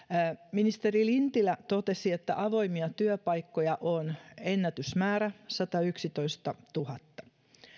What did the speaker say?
ministeri lintilä totesi että avoimia työpaikkoja on ennätysmäärä satayksitoistatuhatta